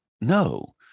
no